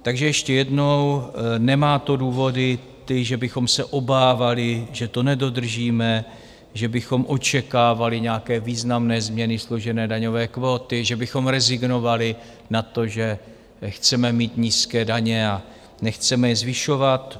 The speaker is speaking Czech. Takže ještě jednou: nemá to důvody ty, že bychom se obávali, že to nedodržíme, že bychom očekávali nějaké významné změny složené daňové kvóty, že bychom rezignovali na to, že chceme mít nízké daně a nechceme je zvyšovat.